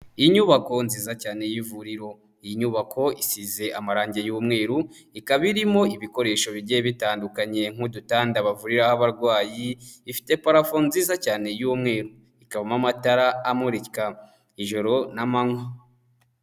Inyubako nziza cyane y'ivuriro. Iyi nyubako isize amarangi y'umweru ikaba irimo ibikoresho bigiye bitandukanye nk'udutanda bavuriraho abarwayi, ifite parafo nziza cyane y'umweru, ikabamo amatara amurika ijoro n'amanywa.